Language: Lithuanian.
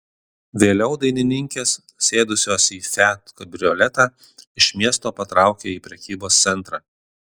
vėliau dainininkės sėdusios į fiat kabrioletą iš miesto patraukė į prekybos centrą